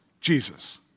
Jesus